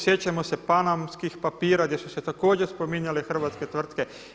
Sjećamo se panamskim papira gdje su se također spominjale hrvatske tvrtke.